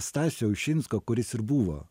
stasio ušinsko kuris ir buvo